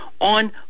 on